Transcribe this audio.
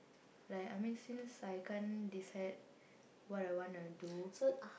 like I mean since I can't decide what I wanna do